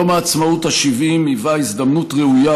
יום העצמאות ה-70 היווה הזדמנות ראויה